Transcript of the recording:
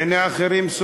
בעיני אחרים,